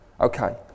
Okay